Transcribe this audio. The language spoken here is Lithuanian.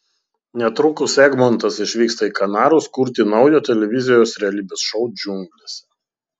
netrukus egmontas išvyksta į kanarus kurti naujo televizijos realybės šou džiunglėse